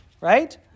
right